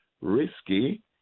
risky